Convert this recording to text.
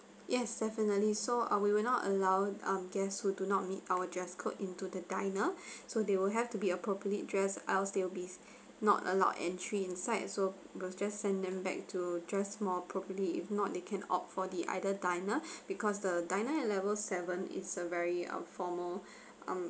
yes definitely so err we will not allow um guests who do not meet our dress code into the diner so they will have to be appropriate dress else they'll be not allowed entry inside so we'll just send them back to dress more properly if not they can opt for the either diner because the diner at level seven is a very formal um